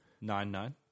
Nine-nine